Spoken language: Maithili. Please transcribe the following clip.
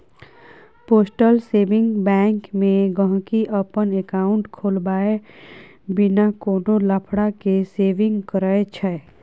पोस्टल सेविंग बैंक मे गांहिकी अपन एकांउट खोलबाए बिना कोनो लफड़ा केँ सेविंग करय छै